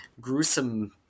gruesome